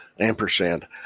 ampersand